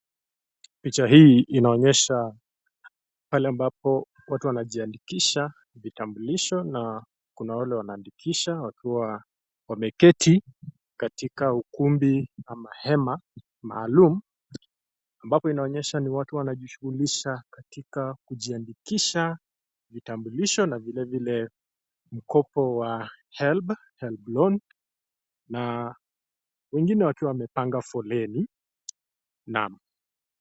Picha hii inaonyesa pale ambapo watu wanajiandikisha vitambulisho, na kuna wale wanaandikisha wakiwa wameketi katika ukumbi ama hema maalum. Ambapo inaonyesha ni watu wa najishugulisha katika kujiandikisha vitambulisho na vile vile mkopo wa Helb, Helb loan . Na wengine wakiwa wamepanga foleni naa.